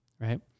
right